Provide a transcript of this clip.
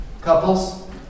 couples